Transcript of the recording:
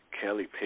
Kelly